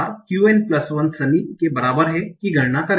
qn1 सनी के बराबर हैं की गणना करेंगे